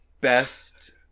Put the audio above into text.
best